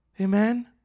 Amen